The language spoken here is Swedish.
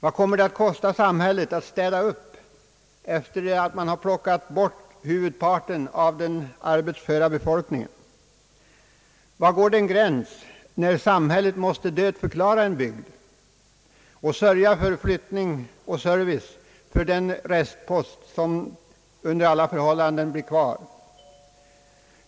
Vad kommer det att kosta samhället att städa upp efter det att man har plockat bort huvudparten av den arbetsföra befolkningen? Var går den gräns där samhället måste dödförklara en bygd och sörja för flyttningen och servicen för den restpost, som under alla förhållanden blir kvar?